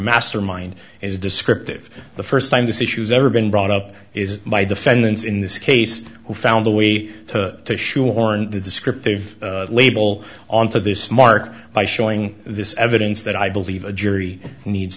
master mind is descriptive the first time this issue's ever been brought up is by defendants in this case who found a way to shoehorn the descriptive label onto this mark by showing this evidence that i believe a jury needs